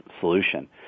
solution